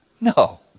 No